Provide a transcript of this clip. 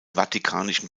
vatikanischen